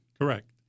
Correct